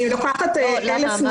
אני לוקחת 1,000